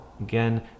again